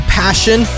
passion